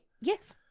Yes